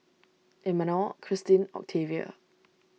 Imanol Christin Octavia